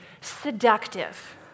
seductive